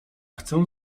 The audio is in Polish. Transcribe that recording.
chcę